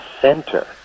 center